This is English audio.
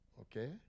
Okay